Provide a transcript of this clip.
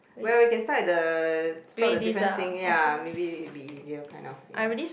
well you can side the spot the difference thing ya maybe it be easier kind of you know